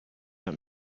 that